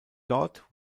dort